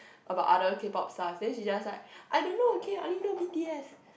about other K-pop lah then she just like I don't know okay I only know B_T_S